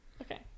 Okay